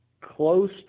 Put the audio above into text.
close